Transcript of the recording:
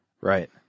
Right